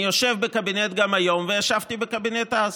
אני יושב בקבינט היום וישבתי בקבינט גם אז.